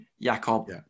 Jakob